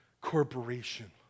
corporation